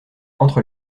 entre